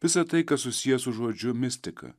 visa tai kas susiję su žodžiu mistika